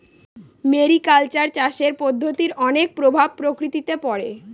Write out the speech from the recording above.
mariculture চাষের পদ্ধতির অনেক প্রভাব প্রকৃতিতে পড়ে